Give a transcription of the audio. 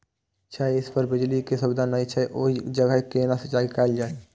छै इस पर बिजली के सुविधा नहिं छै ओहि जगह केना सिंचाई कायल जाय?